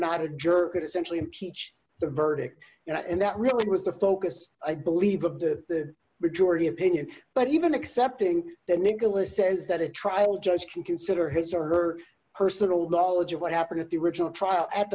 not a jerk essentially impeach the verdict and that really was the focus i believe of the majority opinion but even accepting that nicholas says that a trial judge can consider his or her personal knowledge of what happened at the original trial at